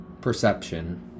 Perception